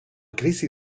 crisi